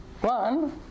One